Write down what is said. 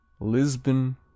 Lisbon